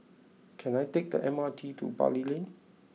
can I take the M R T to Bali Lane